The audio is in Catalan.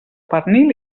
pernil